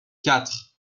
quatre